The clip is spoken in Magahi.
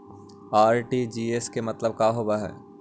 आर.टी.जी.एस के मतलब का होव हई?